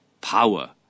Power